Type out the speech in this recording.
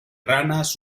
ranas